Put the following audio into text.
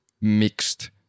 mixed